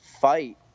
fight